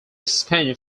spent